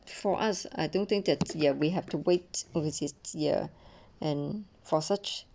for us I don't think that's there we have to wait overseas ye and for such